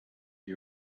new